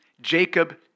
Jacob